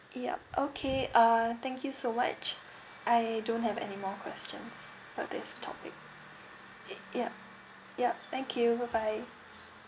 yup okay uh thank you so much I don't have any more questions for this topic y~ yup yup thank you bye bye